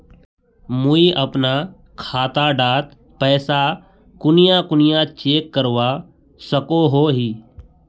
मुई अपना खाता डात पैसा कुनियाँ कुनियाँ चेक करवा सकोहो ही?